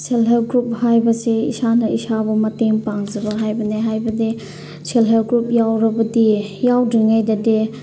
self help group ꯍꯥꯏꯕꯁꯤ ꯏꯁꯥꯅ ꯏꯁꯥꯕꯨ ꯃꯇꯦꯡ ꯄꯥꯡꯖꯕ ꯍꯥꯏꯕꯅꯦ ꯍꯥꯏꯕꯗꯤ ꯁꯦꯜꯐ ꯍꯦꯜꯞ ꯒ꯭ꯔꯨꯞ ꯌꯥꯎꯔꯕꯗꯤ ꯌꯥꯎꯗ꯭ꯔꯤꯉꯩꯗꯗꯤ